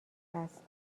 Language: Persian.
است